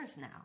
now